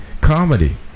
comedy